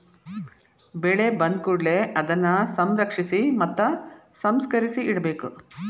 ಬೆಳೆ ಬಂದಕೂಡಲೆ ಅದನ್ನಾ ಸಂರಕ್ಷಿಸಿ ಮತ್ತ ಸಂಸ್ಕರಿಸಿ ಇಡಬೇಕು